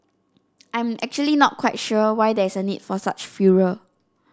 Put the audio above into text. I'm actually not quite sure why there's a need for such furor